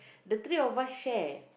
the three of us share